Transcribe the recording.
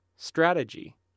Strategy